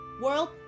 world